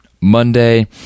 Monday